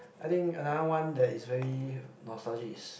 I think another one that is very nostalgic is